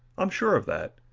i'm sure of that.